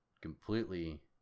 completely